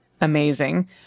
Amazing